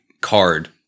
card